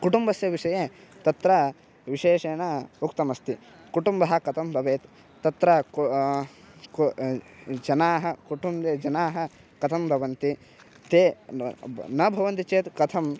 कुटुम्बस्य विषये तत्र विशेषेण उक्तमस्ति कुटुम्बः कथं भवेत् तत्र को को जनाः कुटुम्बे जनाः कथं भवन्ति ते न भवन्ति चेत् कथम्